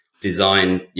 design